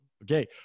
Okay